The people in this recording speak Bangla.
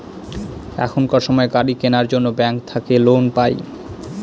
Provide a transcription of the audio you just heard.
এখনকার সময় গাড়ি কেনার জন্য ব্যাঙ্ক থাকে লোন পাই